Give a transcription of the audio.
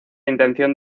intención